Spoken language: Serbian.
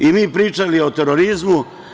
I mi pričali o terorizmu.